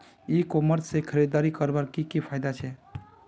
ई commerce से खरीदारी करवार की की फायदा छे?